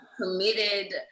committed